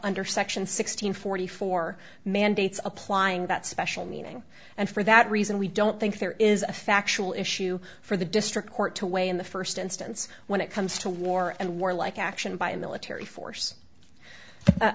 under section sixteen forty four mandates applying that special meaning and for that reason we don't think there is a factual issue for the district court to weigh in the first instance when it comes to war and war like action by a military force